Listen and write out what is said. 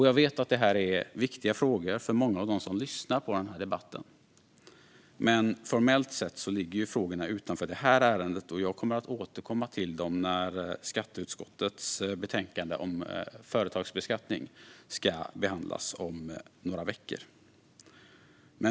Jag vet att detta är viktiga frågor för många av dem som lyssnar på den här debatten. Men formellt sett ligger frågorna utanför detta ärende, och jag kommer att återkomma till dem när skatteutskottets betänkande om företagsbeskattning ska behandlas om några veckor.